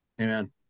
Amen